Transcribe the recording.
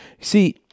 See